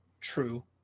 true